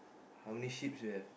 how many sheep's you have